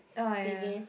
ah ya